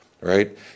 right